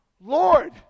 Lord